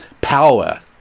power